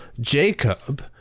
Jacob